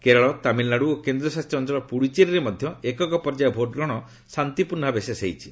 କେରଳ ତାମିଲନାଡ଼ୁ ଓ କେନ୍ଦ୍ରଶାସିତ ଅଞ୍ଚଳ ପୁଡ଼ୁଚେରୀରେ ମଧ୍ୟ ଏକକ ପର୍ଯ୍ୟାୟ ଭୋଟ୍ ଗ୍ରହଣ ଶାନ୍ତିପୂର୍ଣ୍ଣ ଭାବେ ଶେଷ ହୋଇଛି